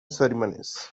ceremonies